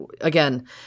again